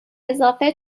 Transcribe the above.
اضافه